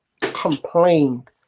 complained